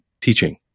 teaching